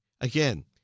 again